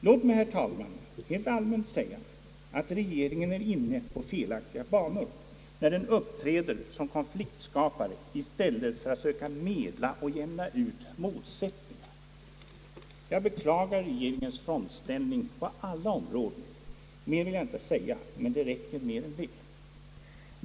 Låt mig, herr talman, helt allmänt säga att regeringen är inne på felaktiga banor, när den uppträder som konfliktskapare i stället för att söka medla och jämna ut motsättningarna. Jag beklagar regeringens frontställning på alla områden. Mer vill jag inte säga, men det räcker mer än väl.